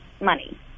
money